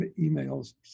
emails